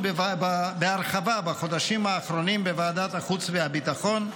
בהרחבה בחודשים האחרונים בוועדת החוץ והביטחון,